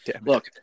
Look